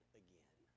again